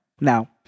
Now